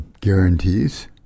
guarantees